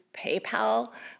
PayPal